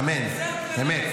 אמת, אמת.